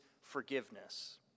forgiveness